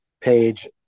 page